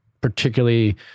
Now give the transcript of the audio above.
particularly